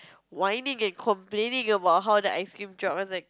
whining and complaining about how the ice cream drop I was like